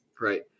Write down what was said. Right